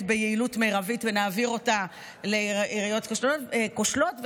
ביעילות מרבית ונעביר אותה לעיריות כושלות,